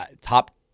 top